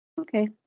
Okay